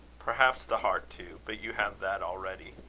perhaps the heart too but you have that already.